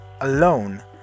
alone